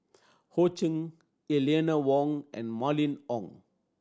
Ho Ching Eleanor Wong and Mylene Ong